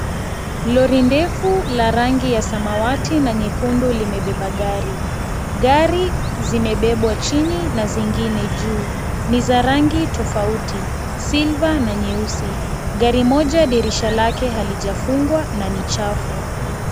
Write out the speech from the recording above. Lori ndefu la rangi ya samawati na nyekundu limebeba gari, gari zimebebwa chini na zingine juu ni za rangi tofauti silver na nyeusi ,Gari moja dirisha lake alijafungwa na ni chafu.